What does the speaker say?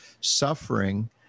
suffering